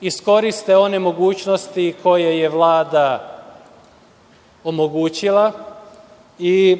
iskoriste one mogućnosti koje je Vlada omogućila i